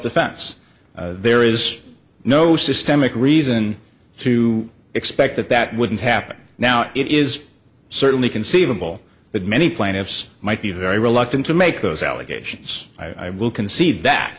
defense there is no systemic reason to expect that that wouldn't happen now it is certainly conceivable that many plaintiffs might be very reluctant to make those allegations i will concede that